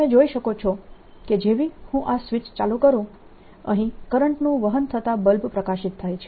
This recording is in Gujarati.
તમે જોઈ શકો છો કે જેવી હું આ સ્વિચ ચાલુ કરું અહીં કરંટનું વહન થતા બલ્બ પ્રકાશિત થાય છે